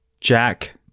Jack